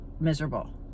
miserable